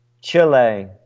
Chile